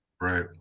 Right